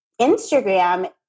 Instagram